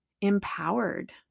empowered